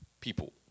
people